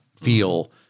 feel